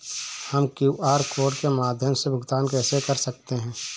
हम QR code के माध्यम से भुगतान कैसे कर सकते हैं?